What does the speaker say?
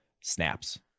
snaps